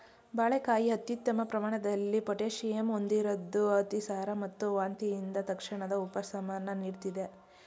ಬಾಳೆಕಾಯಿ ಅತ್ಯುತ್ತಮ ಪ್ರಮಾಣದಲ್ಲಿ ಪೊಟ್ಯಾಷಿಯಂ ಹೊಂದಿರದ್ದು ಅತಿಸಾರ ಮತ್ತು ವಾಂತಿಯಿಂದ ತಕ್ಷಣದ ಉಪಶಮನ ನೀಡ್ತದೆ